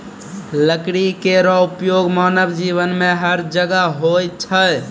लकड़ी केरो उपयोग मानव जीवन में हर जगह होय छै